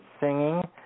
singing